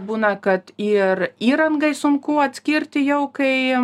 būna kad ir įrangai sunku atskirti jau kai